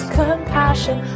compassion